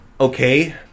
okay